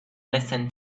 listen